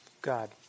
God